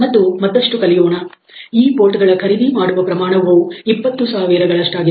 ಮತ್ತು ಮತ್ತಷ್ಟು ಕಲಿಯೋಣ ಈ ಬೋಲ್ಟ್ಗಳ ಖರೀದಿ ಮಾಡುವ ಪ್ರಮಾಣವು 20000 ಗಳಷ್ಟಾಗಿದೆ